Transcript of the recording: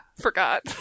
forgot